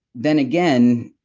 then again,